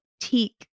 Teak